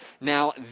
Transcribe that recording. now